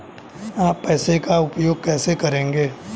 आप पैसे का उपयोग कैसे करेंगे?